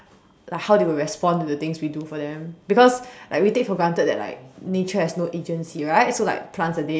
like how they will respond to the things we do for them because like we take for granted that like nature has no agency right so like plants are dead